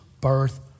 birth